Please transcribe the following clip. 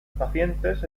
pacientes